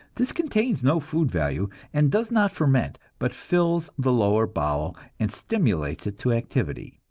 this contains no food value, and does not ferment, but fills the lower bowel and stimulates it to activity.